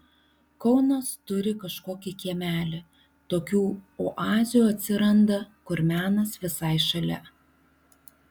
kaunas turi kažkokį kiemelį tokių oazių atsiranda kur menas visai šalia